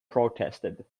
protested